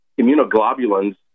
immunoglobulins